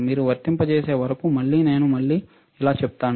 మీరు వర్తింపచేసే వరకు మళ్ళీ నేను మళ్ళీ ఇలా చెప్తున్నాను